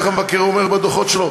איך המבקר אומר בדוחות שלו?